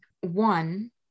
One